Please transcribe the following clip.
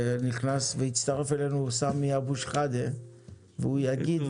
הצטרף אלינו סמי אבו שחאדה והוא יגיד,